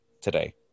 today